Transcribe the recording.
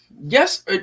yes